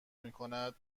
میکنند